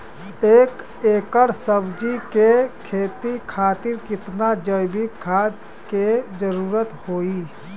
एक एकड़ सब्जी के खेती खातिर कितना जैविक खाद के जरूरत होई?